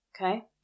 Okay